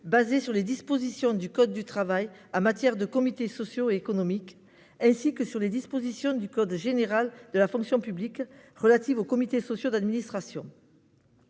fondé sur les dispositions du code du travail en matière de comités sociaux et économiques ou sur celles du code général de la fonction publique relatives aux comités sociaux d'administration.